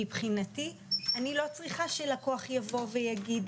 מבחינתי אני לא צריכה שלקוח יבוא ויגיד,